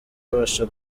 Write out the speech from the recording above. abasha